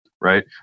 right